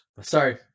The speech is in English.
Sorry